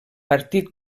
partit